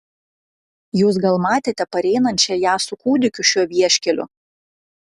jūs gal matėte pareinančią ją su kūdikiu šiuo vieškeliu